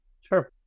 Sure